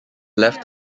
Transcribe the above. left